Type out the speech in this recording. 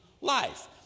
life